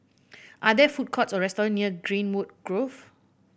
are there food courts or restaurants near Greenwood Grove